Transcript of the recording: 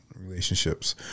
relationships